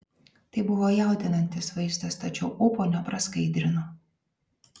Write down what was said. tai buvo jaudinantis vaizdas tačiau ūpo nepraskaidrino